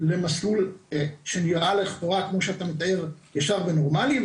למסלול שנראה לכאורה כמו שאתה מתאר ישר ונורמלי,